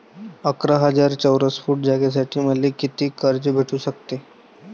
अकरा हजार चौरस फुट जागेसाठी मले कितीक कर्ज भेटू शकते?